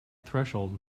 threshold